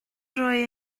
roi